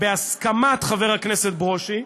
בהסכמת חבר הכנסת ברושי,